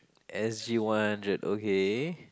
as you wondered okay